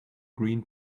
green